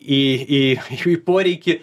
į šį poreikį